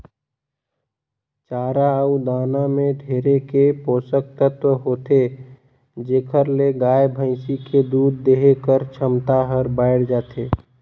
चारा अउ दाना में ढेरे के पोसक तत्व होथे जेखर ले गाय, भइसी के दूद देहे कर छमता हर बायड़ जाथे